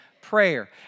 prayer